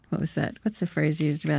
what was that? what's the phrase you used yeah